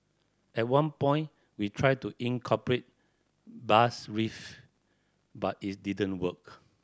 at one point we tried to incorporate bass riff but it didn't work